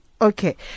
Okay